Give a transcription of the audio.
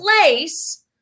place